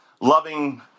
loving